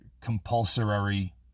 compulsory